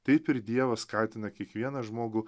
taip ir dievas skatina kiekvieną žmogų